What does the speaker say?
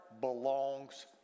belongs